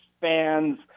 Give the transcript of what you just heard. fan's